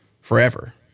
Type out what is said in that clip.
forever